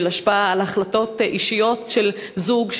של השפעה על החלטות אישיות של זוג,